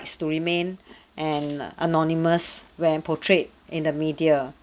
rights to remain an anonymous when portrayed in the media